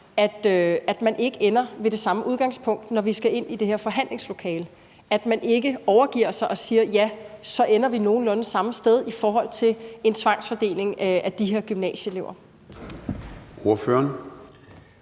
at man ikke ender ved det samme udgangspunkt, når vi skal ind i det her forhandlingslokale, altså at man ikke overgiver sig og siger: Ja, så ender vi nogenlunde samme sted i forhold til en tvangsfordeling af de her gymnasieelever. Kl.